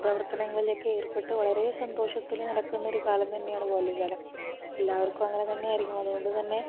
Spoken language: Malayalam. പ്രവർത്തനങ്ങളിലൊക്കെ ഏർപ്പെട്ട് വളരെ സന്തോഷത്തിൽ നടക്കുന്നൊരു കാലം തന്നെയാണ് ബാല്യകാലം എല്ലാവർക്കും അങ്ങനെത്തന്നെയായിരിക്കും അതുകൊണ്ടുത്തന്നെ